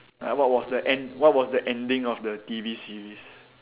like what was the end~ what was the ending of the T_V series